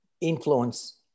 influence